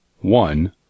One